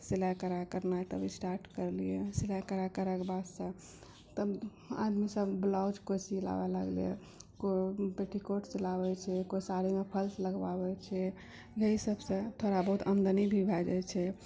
सिलाइ कढ़ाइ करनाइ तब स्टार्ट करलियै सिलाइ कढ़ाइ करै कऽ बादसँ तब आदमी सभ ब्लाउज कोइ सिलाबै लगलै कोइ पेटीकोट सिलाबै छै कोइ साड़ीमे फाल्स लगबाबै छै एहि सभसँ थोड़ा बहुत आमदनी भए जाइ छै